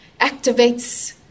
activates